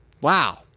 wow